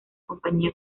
compañía